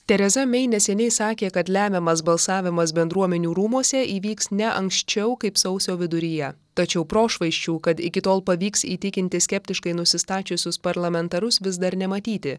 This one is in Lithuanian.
tereza mei neseniai sakė kad lemiamas balsavimas bendruomenių rūmuose įvyks ne anksčiau kaip sausio viduryje tačiau prošvaisčių kad iki tol pavyks įtikinti skeptiškai nusistačiusius parlamentarus vis dar nematyti